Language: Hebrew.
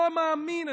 לא מאמין.